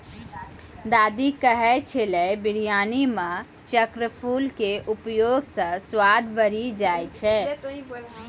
दादी कहै छेलै बिरयानी मॅ चक्रफूल के उपयोग स स्वाद बढ़ी जाय छै